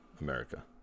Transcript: America